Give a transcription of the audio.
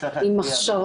הם רוצים להחזיר את הכסף.